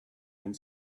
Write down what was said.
and